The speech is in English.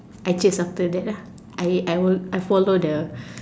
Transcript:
I chase after that lah I I will I follow the